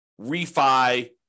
refi